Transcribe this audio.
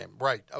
Right